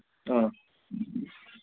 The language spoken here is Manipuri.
ꯑꯥ